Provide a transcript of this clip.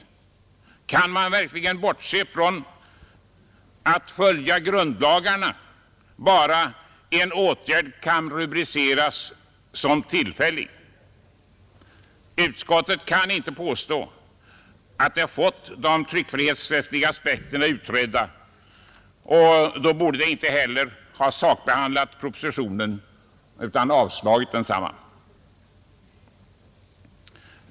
Kan man underlåta att följa grundlagarna, bara en åtgärd kan rubriceras som tillfällig? Utskottet kan inte påstå att det fått de tryckfrihetsrättsliga aspekterna utredda, och därför borde det inte heller ha sakbehandlat propositionen, utan avslagit den.